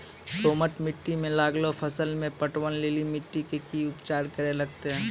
दोमट मिट्टी मे लागलो फसल मे पटवन लेली मिट्टी के की उपचार करे लगते?